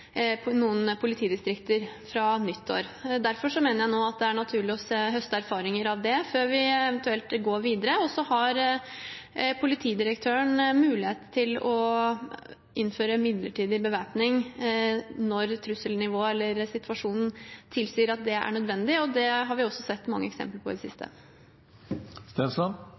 noen politidistrikt fra nyttår. Derfor mener jeg nå det er naturlig å høste erfaringer av det før vi eventuelt går videre. Og så har politidirektøren mulighet til å innføre midlertidig bevæpning når trusselnivået eller situasjonen tilsier at det er nødvendig – og det har vi også sett mange eksempler på i det